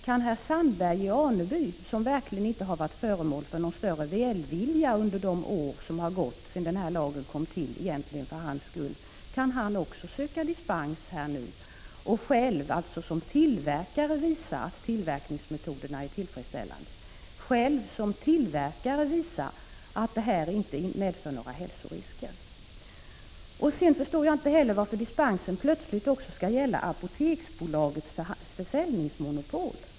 Kan herr Sandberg i Aneby, som verkligen inte har varit föremål för någon större välvilja under de år som har gått sedan lagen om injektionsmedel kom till — egentligen för hans skull — söka dispens och själv som tillverkare visa att tillverkningsmetoderna är tillfredsställande, själv som tillverkare visa att hans medel inte medför några hälsorisker? Sedan förstår jag inte heller varför dispensen plötsligt skall gälla Apoteksbolagets försäljningsmonopol.